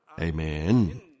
Amen